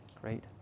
great